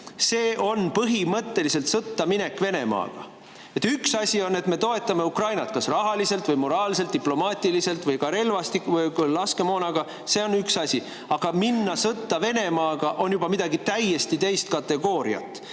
see on põhimõtteliselt Venemaaga sõtta minek. Üks asi on see, et me toetame Ukrainat kas rahaliselt või moraalselt, diplomaatiliselt või ka relvastuse, laskemoonaga. See on üks asi. Aga minna sõtta Venemaaga on juba midagi täiesti teisest kategooriast.